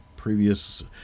Previous